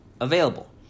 available